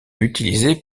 utilisés